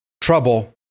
trouble